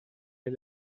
est